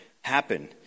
happen